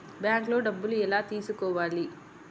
బ్యాంక్లో డబ్బులు ఎలా తీసుకోవాలి?